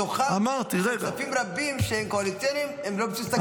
בתוכם יש כספים רבים שהם קואליציוניים והם לא בבסיס התקציב.